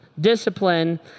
discipline